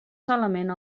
solament